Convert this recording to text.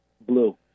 Blue